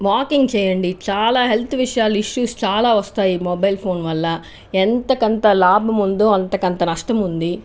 walking చేయండి చాలా health విషయాలు ఇష్యూస్ చాలా వస్తాయి మొబైల్ ఫోన్ వల్ల ఎంత కొంత లాభం ఉందో అంతకంత నష్టం ఉంది